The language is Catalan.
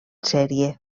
sèrie